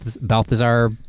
Balthazar